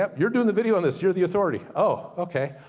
ah you're doing the video on this, you're the authority. oh, okay.